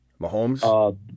Mahomes